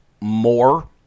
more